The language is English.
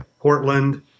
Portland